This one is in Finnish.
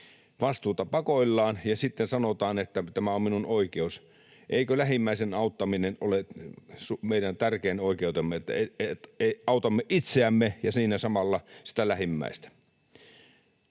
vastuuta pakoillaan ja sitten sanotaan, että tämä on minun oikeuteni. Eikö lähimmäisen auttaminen ole meidän tärkein oikeutemme, se että autamme itseämme ja siinä samalla sitä lähimmäistä?